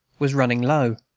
was running low.